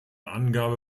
angabe